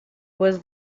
was